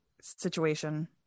situation